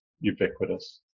ubiquitous